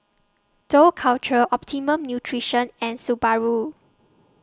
Dough Culture Optimum Nutrition and Subaru